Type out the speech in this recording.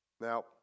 Now